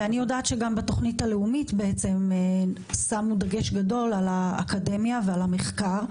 אני יודעת שגם בתוכנית הלאומית שמנו דגש גדול על האקדמיה ועל המחקר.